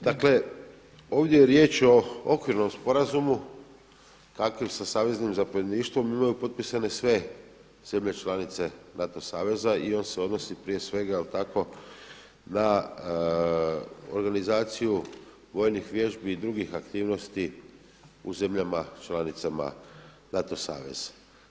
Dakle ovdje je riječ o Okvirnom sporazumu kakve sa saveznim zapovjedništvom imaju potpisane sve zemlje članice NATO saveza i on se odnosi prije svega je li tako, na organizaciju vojnih vježbi i drugih aktivnosti u zemljama članicama NATO saveza.